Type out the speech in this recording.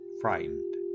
frightened